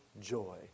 joy